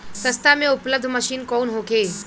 सस्ता में उपलब्ध मशीन कौन होखे?